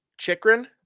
Chikrin